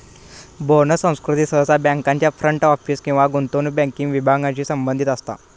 bonus संस्कृती सहसा बँकांच्या फ्रंट ऑफिस किंवा गुंतवणूक बँकिंग विभागांशी संबंधित असता